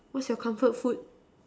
what's your comfort food